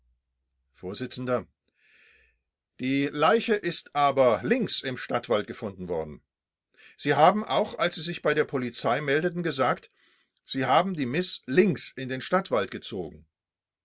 vors die leiche ist aber links im stadtwalde gefunden worden sie haben auch als sie sich bei der polizei meldeten gesagt sie haben die miß links in den stadtwald gezogen